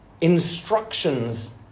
instructions